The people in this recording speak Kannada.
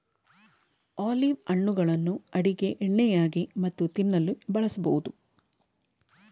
ಆಲೀವ್ ಹಣ್ಣುಗಳನ್ನು ಅಡುಗೆ ಎಣ್ಣೆಯಾಗಿ ಮತ್ತು ತಿನ್ನಲು ಬಳಸಬೋದು